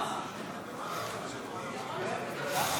אדוני היושב-ראש,